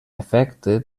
efecte